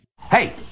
Hey